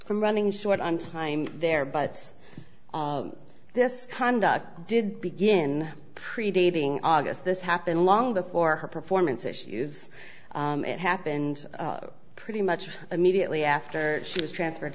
from running short on time there but this conduct did begin predating august this happened long before her performance issues it happened pretty much immediately after she was transferred